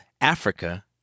Africa